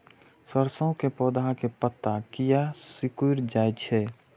सरसों के पौधा के पत्ता किया सिकुड़ जाय छे?